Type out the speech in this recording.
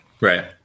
Right